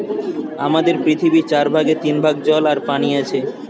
আমাদের পৃথিবীর চার ভাগের তিন ভাগ জল বা পানি আছে